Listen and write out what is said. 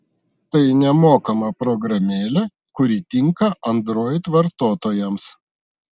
tai nemokama programėlė kuri tinka android vartotojams